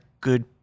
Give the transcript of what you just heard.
good